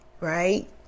right